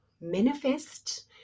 manifest